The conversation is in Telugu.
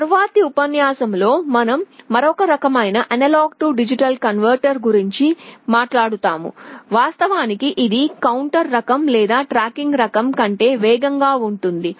తరువాతి ఉపన్యాసంలో మనం మరొక రకమైన A D కన్వర్టర్ గురించి మాట్లాడుతాము వాస్తవానికి ఇది కౌంటర్ రకం లేదా ట్రాకింగ్ రకం కంటే వేగంగా ఉంటుంది